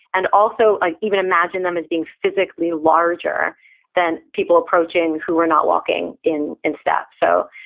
and also ah even imagine them as being physically larger than people approaching who were not walking in in step. so,